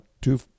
two